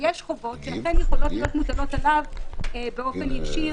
יש חובות שיכולות להיות מוטלות עליו באופן ישיר,